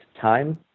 time